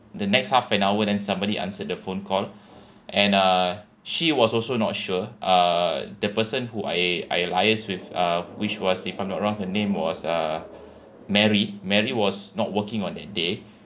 the next half an hour then somebody answered the phone call and uh she was also not sure uh the person who I I liaise with uh which was if I'm not wrong her name was uh mary mary was not working on that day